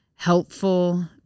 helpful